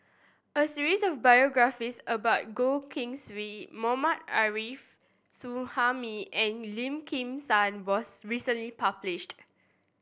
a series of biographies about Goh Keng Swee Mohammad Arif Suhaimi and Lim Kim San was recently published